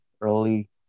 early